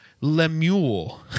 Lemuel